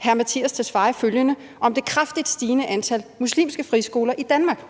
hr. Mattias Tesfaye, følgende om det kraftigt stigende antal muslimske friskoler i Danmark,